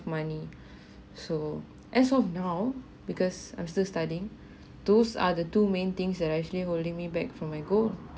money so as of now because I'm still studying those are the two main things that are actually holding me back from my goal